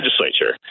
legislature